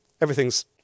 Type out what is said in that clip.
Everything's